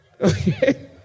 Okay